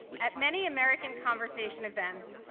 at many american conversation events,